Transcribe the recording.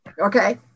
Okay